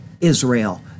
Israel